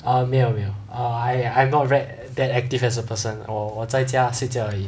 err 没有没有 err I'm I'm not very that active as a person lor 我在家睡觉而已